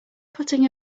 putting